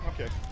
Okay